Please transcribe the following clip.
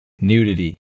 nudity